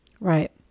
Right